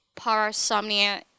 Parasomnia